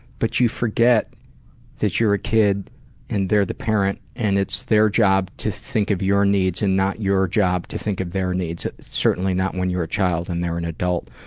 but you forget that you're a kid and they're the parent and it's their job to think of your needs and not your job to think of their needs certainly not when you're a child and they're an adult,